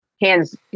Hands